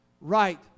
right